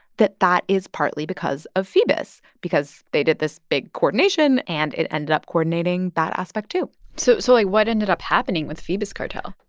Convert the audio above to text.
that that is partly because of phoebus because they did this big coordination. and it ended up coordinating that aspect too so so, like, what ended up happening with phoebus cartel?